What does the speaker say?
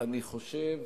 אני חושב